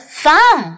fun